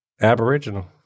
Aboriginal